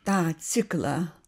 tą ciklą